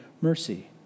mercy